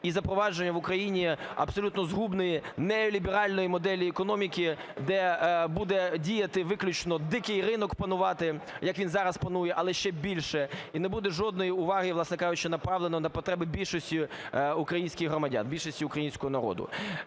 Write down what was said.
і запровадження в Україні абсолютно згубної неоліберальної моделі економіки, де буде діяти виключно, "дикий" ринок панувати, як він зараз панує, але ще більше. І не буде жодної уваги, власне кажучи, направлено на потреби більшості українських громадян, більшості українського народу.